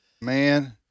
man